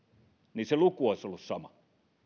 niin se luku olisi ollut sama